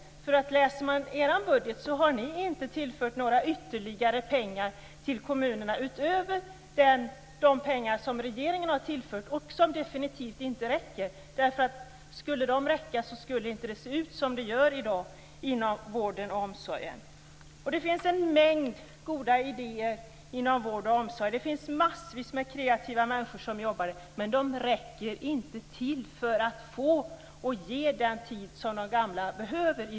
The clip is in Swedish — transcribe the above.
Läser man er budget så har ni inte tillfört några ytterligare pengar till kommunerna utöver de pengar som regeringen har tillfört - som definitivt inte räcker. Skulle de räcka, skulle det inte se ut som det gör i dag inom vården och omsorgen. Det finns en mängd goda idéer inom vård och omsorg. Det finns massor av kreativa människor som jobbar där. Men i dag räcker de inte till för att ge den tid som de gamla behöver.